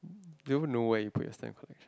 do you know where you put your stamp collect